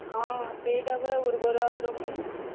ହଁ ସେହିଟା ପରା ଉର୍ବର ଆଉ ରହୁନି